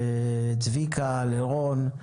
לצביקה, לרון.